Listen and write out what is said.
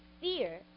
fear